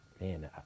man